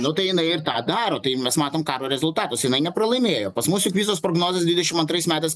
nu tai jinai ir tą daro tai mes matom karo rezultatus jinai nepralaimėjo pas mus juk visos prognozės dvidešimt antrais metais